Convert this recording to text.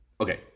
okay